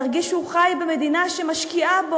להרגיש שהוא חי במדינה שמשקיעה בו,